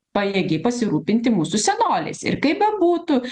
pajėgi pasirūpinti mūsų senoliais ir kaip bebūtų